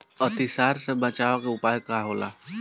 अतिसार से बचाव के उपाय का होला?